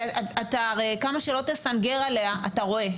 הרי כמה שלא תסנגר עליה, אתה רואה.